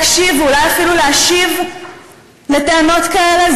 לשר החינוך לא יאה להקשיב ואולי אפילו להשיב לטענות כאלה?